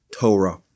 Torah